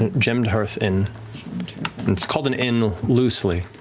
and gemmed hearth inn. and it's called an inn loosely.